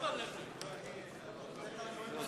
הצעת סיכום מטעם סיעת בל"ד: הכנסת קוראת לממשלה לבטל את חוק